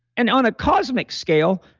and on a cosmic scale,